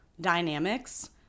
dynamics